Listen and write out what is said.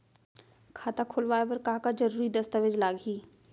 खाता खोलवाय बर का का जरूरी दस्तावेज लागही?